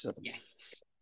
Yes